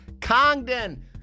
Congdon